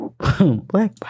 Black